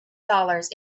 dollars